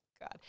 God